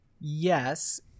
yes